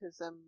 autism